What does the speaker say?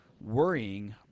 worrying